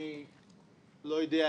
אני לא יודע,